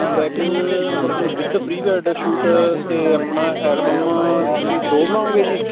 ਇਹ ਪੈਕੇਜ ਮਤਲਬ with pre wed shoot ਅਤੇ ਆਪਣਾ ਐਲਬਮ ਤੁਸੀਂ ਦੋ ਬਣਾਉਂਗੇ ਜੀ